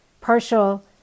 partial